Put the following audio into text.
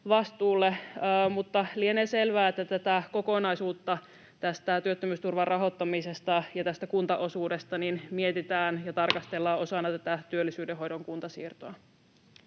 mutta lienee selvää, että tätä kokonaisuutta työttömyysturvan rahoittamisesta ja tästä kuntaosuudesta mietitään ja tarkastellaan osana työllisyydenhoidon kuntasiirtoa.